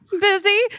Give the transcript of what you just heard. busy